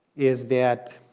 is that